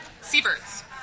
Seabirds